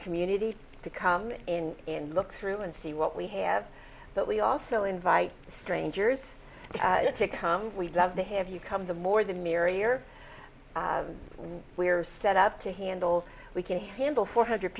community to come in and look through and see what we have but we also invite strangers to come we'd love to have you come the more the merrier we are set up to handle we can handle four hundred